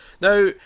Now